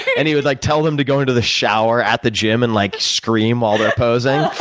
and he would like tell them to go into the shower at the gym and like scream while they're posing.